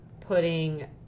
putting